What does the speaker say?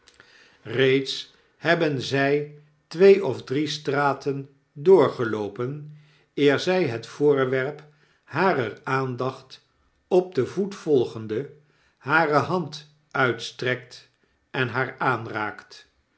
fieeds hebben zy twee of drie straten doorgeloopen eer zy het voorwerp harer aandacht op den voet volgende hare hand uitstrekt en haar aanraakt